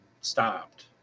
stopped